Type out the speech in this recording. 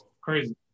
crazy